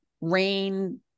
rain